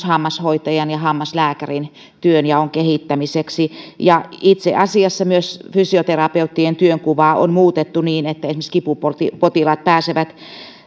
hammashoitajan ja hammaslääkärin työnjaon kehittämiseksi ja itse asiassa myös fysioterapeuttien työkuvaa on muutettu niin että esimerkiksi kipupotilaat pääsevät